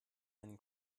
einen